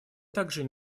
также